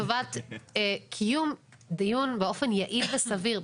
לטובת קיום דיון באופן יעיל וסביר.